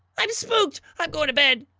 i'm spooked. i'm going to bed.